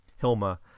Hilma